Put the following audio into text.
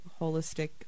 holistic